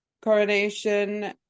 coronation